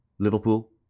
Liverpool